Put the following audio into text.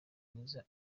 mwiza